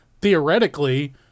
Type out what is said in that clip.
Theoretically